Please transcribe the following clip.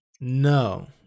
no